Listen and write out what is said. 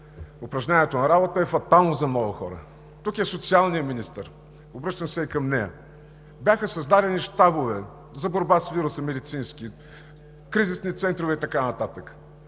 упражняването на работа е фатално за много хора. Тук е социалният министър, обръщам се и към нея. Бяха създадени медицински щабове за борба с вируса, кризисни центрове и така нататък.